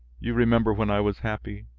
you remember when i was happy,